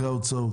אחרי ההוצאות.